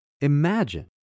Imagine